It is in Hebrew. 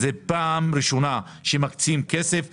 זאת פעם ראשונה שמקצים כסף לכך.